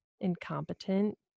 incompetent